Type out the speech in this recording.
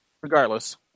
regardless